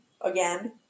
again